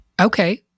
Okay